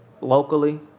locally